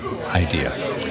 idea